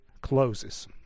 closes